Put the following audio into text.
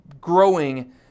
growing